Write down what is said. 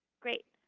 great.